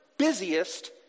busiest